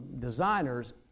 designers